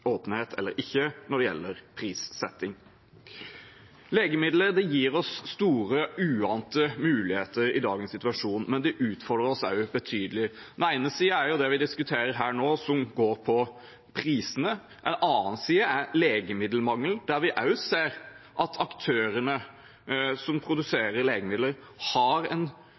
åpenhet eller ikke når det gjelder prissetting. Legemidler gir oss store, uante muligheter i dagens situasjon, men det utfordrer oss også betydelig. Én side er det vi diskuterer her nå, som går på prisene, en annen side er legemiddelmangel, der vi også ser at aktørene som produserer legemidler, har en